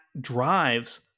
drives